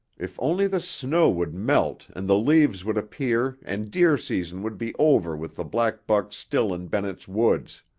if only the snow would melt and the leaves would appear and deer season would be over with the black buck still in bennett's woods.